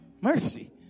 mercy